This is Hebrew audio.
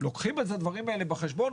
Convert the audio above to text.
לוקחים את הדברים האלה בחשבון,